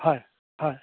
হয় হয়